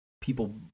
people